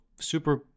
super